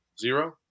Zero